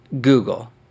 Google